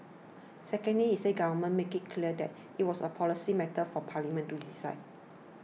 secondly he said the Government made it clear that it was a policy matter for Parliament to decide